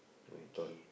I wear ton